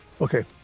Okay